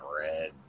red